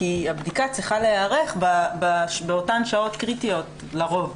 כי הבדיקה צריכה להיערך באותן שעות קריטיות לרוב.